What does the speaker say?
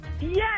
Yes